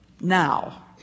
Now